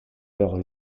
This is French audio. leurs